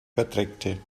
verdreckte